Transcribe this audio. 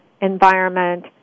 environment